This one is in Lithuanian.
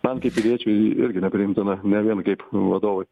man kaip piliečiui irgi nepriimtina ne vien kaip vadovui